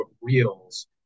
reels